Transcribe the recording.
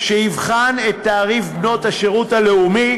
שיבחן את תעריף בנות השירות הלאומי,